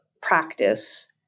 practice